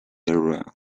area